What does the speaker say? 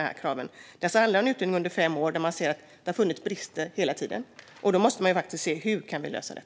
Det handlar om utbildning där man under fem år hela tiden har sett att det har funnits brister. Då måste man titta på hur man kan lösa det.